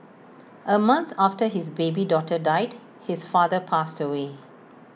A month after his baby daughter died his father passed away